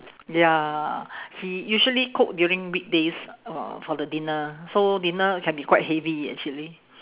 ya he usually cook during weekdays uh for the dinner so dinner can be quite heavy actually